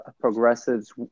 progressives